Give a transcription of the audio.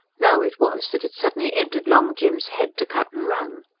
now it was that it suddenly entered long jim's head to cut and run.